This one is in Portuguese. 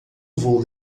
vou